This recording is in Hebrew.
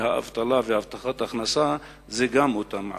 האבטלה והבטחת ההכנסה זה גם אותם מעסיקים.